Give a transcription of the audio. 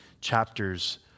chapters